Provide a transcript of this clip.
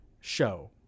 show